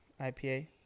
IPA